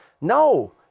No